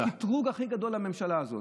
זה הקטרוג הכי גדול לממשלה הזאת.